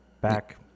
back